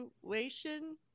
situation